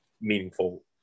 meaningful